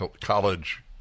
college